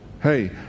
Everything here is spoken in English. Hey